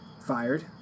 fired